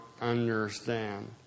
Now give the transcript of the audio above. understand